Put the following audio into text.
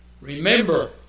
Remember